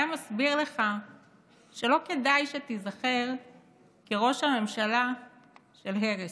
היה מסביר לך שלא כדאי שתיזכר כראש הממשלה של הרס.